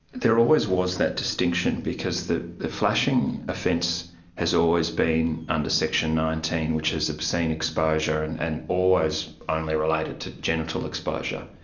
there always was that distinction because the the flashing offence has always been under section nineteen which is obscene exposure, and and always only related to genital exposure.